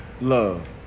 love